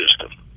system